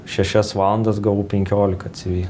šešias valandas gavau penkiolika ci vi